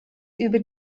über